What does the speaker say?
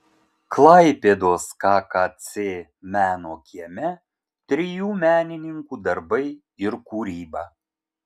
klaipėdos kkc meno kieme trijų menininkų darbai ir kūryba